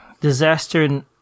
Disaster